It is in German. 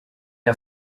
der